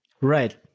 right